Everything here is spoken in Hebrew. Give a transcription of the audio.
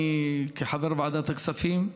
כחבר ועדת הכספים,